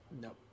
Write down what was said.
No